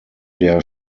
der